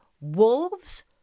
wolves